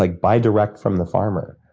like buy direct from the farmer.